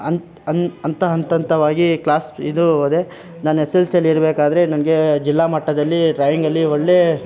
ಹಂತ್ ಅನ್ ಅಂತ ಹಂತಂತವಾಗಿ ಕ್ಲಾಸ್ ಇದು ಹೋದೆ ನಾನು ಎಸ್ ಎಲ್ ಸಿಯಲ್ಲಿರ್ಬೇಕಾದ್ರೆ ನನಗೆ ಜಿಲ್ಲಾಮಟ್ಟದಲ್ಲಿ ಡ್ರಾಯಿಂಗಲ್ಲಿ ಒಳ್ಳೆ